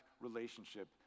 relationship